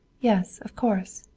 yes, of course.